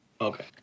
Okay